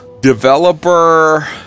developer